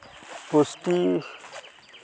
ᱯᱩᱥᱴᱤ